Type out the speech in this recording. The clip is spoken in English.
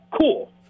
cool